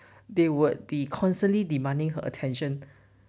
they would be constantly demanding her attention